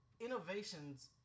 innovations